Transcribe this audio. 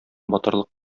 батырлык